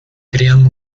crean